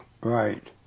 Right